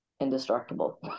indestructible